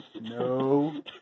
No